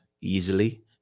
easily